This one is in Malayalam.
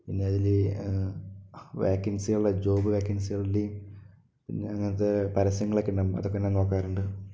പിന്നെ അതിൽ വാക്കൻസികൾ ജോബ് വാക്കൻസികളുടെയും പിന്നെ അങ്ങത്തെ പരസ്യങ്ങളുണ്ടാകും അതൊക്കെ ഞാൻ നോക്കാറുണ്ട്